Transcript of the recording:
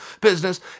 business